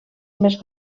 més